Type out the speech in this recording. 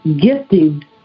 gifting